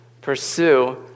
pursue